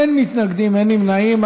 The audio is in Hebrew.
אין מתנגדים, אין נמנעים.